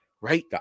right